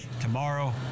tomorrow